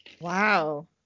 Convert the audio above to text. Wow